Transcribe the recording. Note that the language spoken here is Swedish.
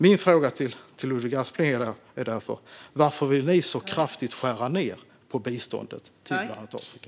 Min fråga till Ludvig Aspling är därför: Varför vill ni så kraftigt skära ned på biståndet till bland annat Afrika?